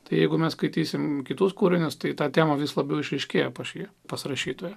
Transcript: tai jeigu mes skaitysime kitus kūrinius tai ta tema vis labiau išryškėja pašlijo pasirašytoje